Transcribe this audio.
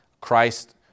Christ